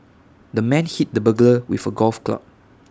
the man hit the burglar with A golf club